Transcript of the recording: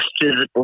physical